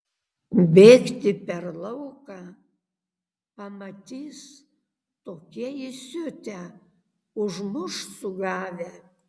bėgti per lauką pamatys tokie įsiutę užmuš sugavę